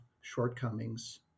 shortcomings